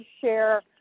share –